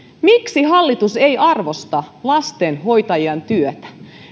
miksi hallitus ei arvosta lastenhoitajan työtä